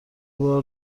بار